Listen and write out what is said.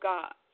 God